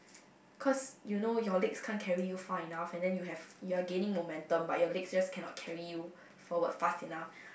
cause you know your legs can't carry you far enough and then you have you are gaining momentum but your legs just cannot carry you forward fast enough